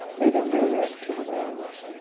leaving their wreck to the waves.